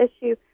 issue